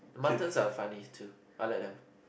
Muttons are funny too I like them